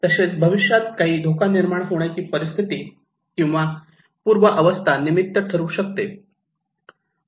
तसेच भविष्यात काही धोका निर्माण होण्याची परिस्थिती किंवा पूर्व अवस्था निमित्त ठरू शकते